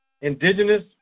indigenous